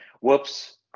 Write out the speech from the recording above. Whoops